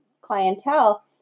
clientele